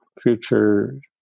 future